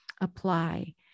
apply